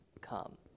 Come